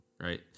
right